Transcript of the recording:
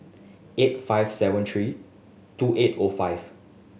eight five seven three two eight O five